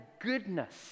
goodness